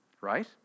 right